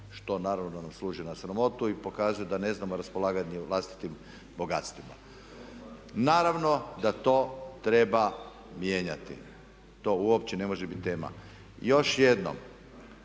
što naravno nam služi na sramotu i pokazuje da ne znamo raspolagati vlastitim bogatstvima. Naravno da to treba mijenjati. To uopće ne može biti tema. Još jednom,